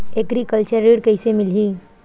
Agriculture ऋण कइसे मिलही?